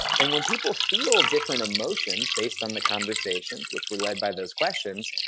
and when people feel different emotions based on the conversations which were led by those questions,